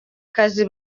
kazi